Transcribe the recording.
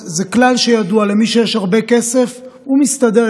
הם הכי צריכים